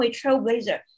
Trailblazer